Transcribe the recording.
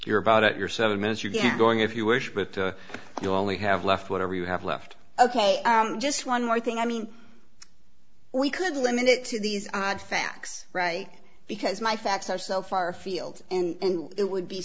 you're about it you're seven minutes you get going if you wish but you only have left whatever you have left ok just one more thing i mean we could limit it to these odd facts right because my facts are so far afield and it would be